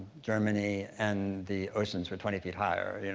germany, and the oceans were twenty feet higher.